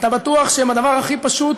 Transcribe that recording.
אתה בטוח שהם הדבר הכי פשוט,